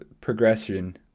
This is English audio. progression